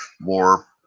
more